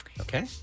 Okay